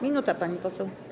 Minuta, pani poseł.